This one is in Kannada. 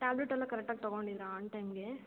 ಟ್ಯಾಬ್ಲೆಟ್ ಎಲ್ಲ ಕರೆಕ್ಟಾಗಿ ತಗೊಂಡಿದ್ರಾ ಆನ್ ಟೈಮಿಗೆ